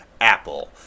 apple